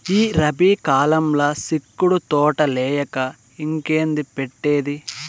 ఈ రబీ కాలంల సిక్కుడు తోటలేయక ఇంకేంది పెట్టేది